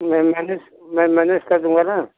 मैं manage manage कर दूंगा ना